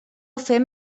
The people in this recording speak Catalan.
fem